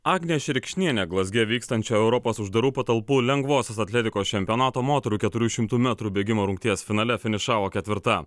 agnė šerkšnienė glazge vykstančio europos uždarų patalpų lengvosios atletikos čempionato moterų keturių šimtų metrų bėgimo rungties finale finišavo ketvirta